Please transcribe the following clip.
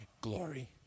glory